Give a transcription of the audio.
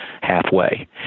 halfway